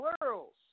plurals